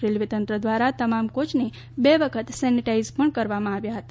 railway તંત્ર દ્વારા તમામ કોયને બે વખત સેનિટાઈઝડ કરવામાં આવ્યા હતા